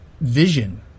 vision